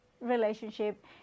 relationship